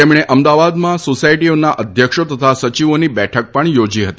તેમણે અમદાવાદમાં સોસાયટીઓના અધ્યક્ષો તથા સચિવોની બેઠક પણ યોજી હતી